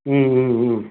ம் ம் ம்